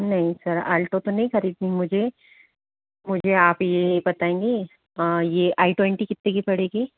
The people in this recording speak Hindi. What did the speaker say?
नहीं सर आल्टो तो नहीं खरीदनी मुझे मुझे आप ये बताएँगे ये आई ट्वेंटी कितने की पड़ेगी